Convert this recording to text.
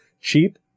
cheap